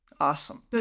Awesome